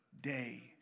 day